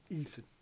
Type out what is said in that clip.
Ethan